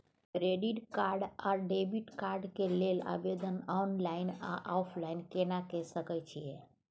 Credit card आ debit card के लेल आवेदन ऑनलाइन आ ऑफलाइन केना के सकय छियै?